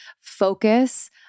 focus